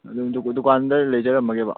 ꯑꯗꯨꯝ ꯗꯨꯀꯥꯟꯗ ꯂꯩꯖꯔꯝꯃꯒꯦꯕ